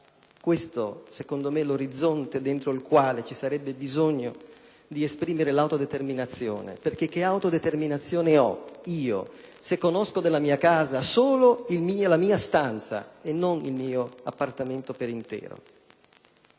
Questo è l'orizzonte dentro il quale ci sarebbe bisogno di esprimere l'autodeterminazione: che autodeterminazione ho, se conosco della mia casa la mia stanza e non il mio appartamento per intero?